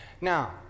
Now